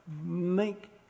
make